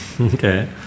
Okay